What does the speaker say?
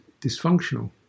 dysfunctional